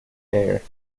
fare